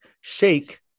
Shake